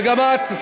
וגם את.